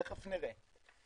תיכף נראה.